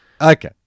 Okay